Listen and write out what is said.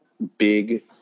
Big